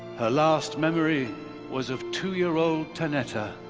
her last memory was of two year old tanetta